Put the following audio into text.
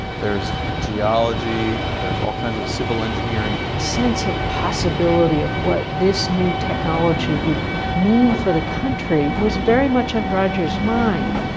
there's geology. there's all kinds of civil engineering. the sense of possibility of what this new technology would mean for the country was very much on rogers' mind.